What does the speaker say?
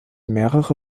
mehrere